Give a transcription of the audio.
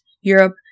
Europe